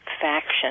faction